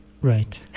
Right